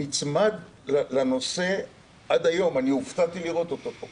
נצמד לנושא עד היום, אני הופתעתי לראות אותו פה